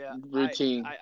routine